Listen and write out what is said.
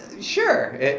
Sure